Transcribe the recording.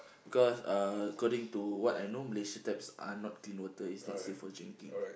because uh according to what I know Malaysia taps are not clean water is not safe for drinking